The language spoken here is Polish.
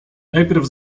najpierw